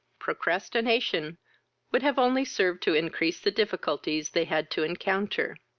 procrastination would have only served to increase the difficulties they had to encounter.